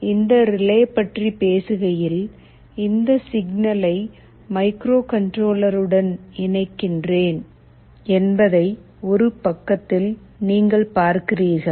இப்போது இந்த ரிலே பற்றி பேசுகையில் இந்த சிக்னலை மைக்ரோகண்ட்ரோலருடன் இணைக்கின்றேன் என்பதை ஒரு பக்கத்தில் நீங்கள் பார்க்கிறீர்கள்